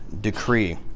decree